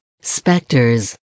specters